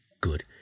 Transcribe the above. good